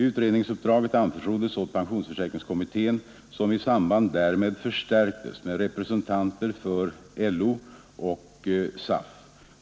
Utredningsuppdraget anförtroddes åt pensionsförsäkringskommittén som i samband därmed förstärktes med representanter för LO och SAF.